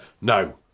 no